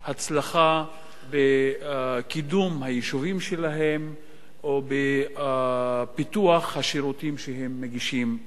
הצלחה בקידום היישובים שלהם ובפיתוח השירותים שהם מגישים להם.